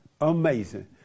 Amazing